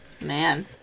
Man